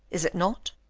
is it not?